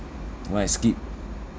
that [one] I skip